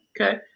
okay